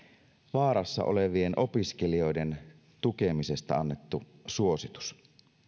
vaarassa olevien opiskelijoiden tukemisesta annettu suositus